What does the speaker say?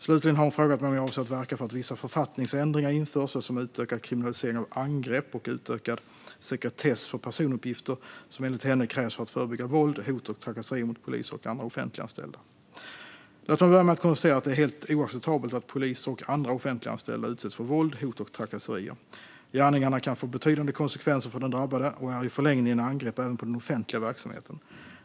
Slutligen har hon frågat mig om jag avser att verka för att vissa författningsändringar införs, såsom utökad kriminalisering av angrepp och utökad sekretess för personuppgifter, vilket enligt henne krävs för att förebygga våld, hot och trakasserier mot poliser och andra offentliganställda. Låt mig börja med att konstatera att det är helt oacceptabelt att poliser och andra offentliganställda utsätts för våld, hot och trakasserier. Gärningarna kan få betydande konsekvenser för den drabbade och är i förlängningen angrepp även på den offentliga verksamheten.